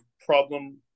problem